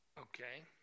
Okay